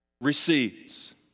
receives